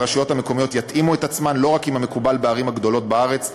הרשויות המקומיות יתאימו את עצמן לא רק למקובל בערים הגדולות בארץ,